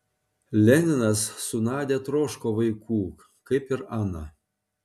leninas su nadia troško vaikų kaip ir ana